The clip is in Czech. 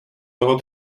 toho